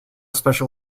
special